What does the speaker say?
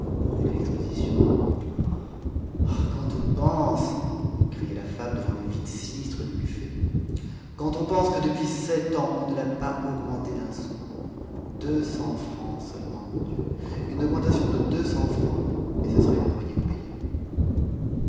rue de l'exposition quand on pense criait la femme devant le vide sinistre du buffet quand on pense que depuis sept ans on ne l'a pas augmenté d'un sou deux cents francs seulement mon dieu une augmentation de deux cents francs et ce serait le loyer payé